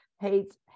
hates